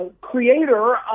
creator